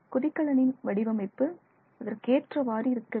கொதிகலனின் வடிவமைப்பு அதற்கேற்றவாறு இருக்க வேண்டும்